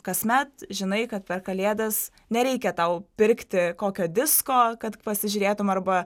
kasmet žinai kad per kalėdas nereikia tau pirkti kokio disko kad pasižiūrėtum arba